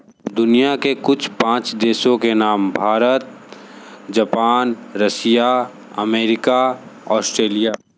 दुनिया के कुछ पाँच देशों के नाम Bharat Japan Russia America Australia